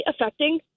affecting